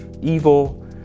evil